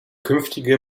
künftige